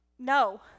No